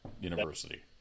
university